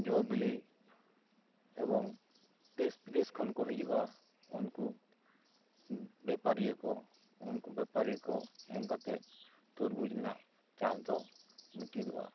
ᱡᱚ ᱵᱤᱞᱤ ᱮᱵᱚᱝ ᱫᱮᱥ ᱵᱤᱫᱮᱥ ᱠᱷᱚᱱ ᱠᱚ ᱦᱤᱡᱩᱜᱼᱟ ᱩᱱᱠᱩ ᱵᱮᱯᱟᱨᱤᱭᱟᱹ ᱠᱚ ᱩᱱᱠᱩ ᱵᱮᱯᱟᱨᱤᱭᱟ ᱠᱚ ᱮᱢ ᱠᱟᱛᱮᱫ ᱛᱩᱨᱵᱩᱡᱽ ᱨᱮᱱᱟᱜ ᱪᱟᱥ ᱫᱚ ᱢᱩᱪᱟ ᱫᱚᱜᱼᱟ